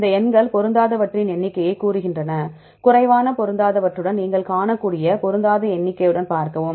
இந்த எண்கள் பொருந்தாதவற்றின் எண்ணிக்கையைக் கூறுகின்றன குறைவான பொருந்தாதவற்றுடன் நீங்கள் காணக்கூடிய பொருந்தாத எண்ணிக்கையுடன் பார்க்கவும்